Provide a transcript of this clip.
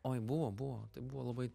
oi buvo buvo tai buvo labai